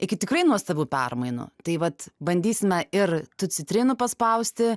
iki tikrai nuostabių permainų tai vat bandysime ir tų citrinų paspausti